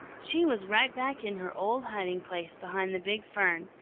she was right back in her old hiding-place behind the big fern,